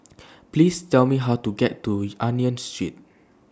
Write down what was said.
Please Tell Me How to get to Union Street